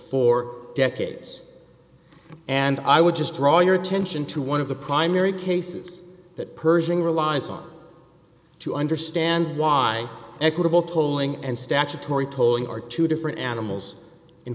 for decades and i would just draw your attention to one of the primary cases that persian relies on to understand why equitable tolling and statutory tolling are two different animals in